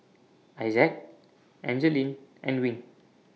Isaak Angeline and Wing